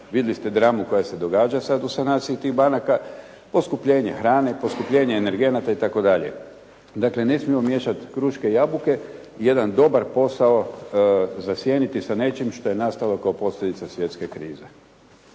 vidjeli ste dramu koja se događa sada u sanaciji tih banaka, poskupljenje hrane, poskupljenje energenata itd. Dakle ne smijemo miješati kruške i jabuke i jedan dobar posao zasjeniti sa nečim što je nastalo kao posljedica svjetske krize.